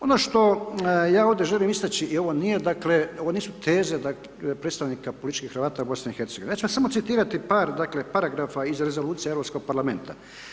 Ono što ja ovdje želim istaći i ovo nije dakle, ovo nisu teze predstavnika političkih Hrvata u Bosni i Hercegovini, ja ću vam samo citirati par dakle paragrafa iz rezolucije Europskog parlamenta.